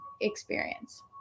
experience